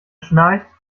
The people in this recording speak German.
schnarcht